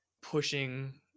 pushing